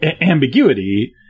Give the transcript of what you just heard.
ambiguity